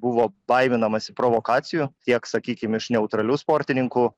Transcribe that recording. buvo baiminamasi provokacijų tiek sakykim iš neutralių sportininkų